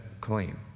claim